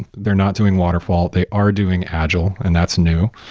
they're not doing waterfall, they are doing agile and that's new.